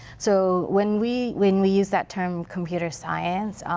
so when we when we use that term, computer science,